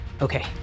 okay